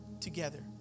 together